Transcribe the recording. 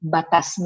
Batas